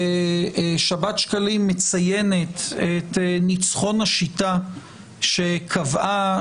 שבת שקלים מציינת את ניצחון השיטה שקבעה,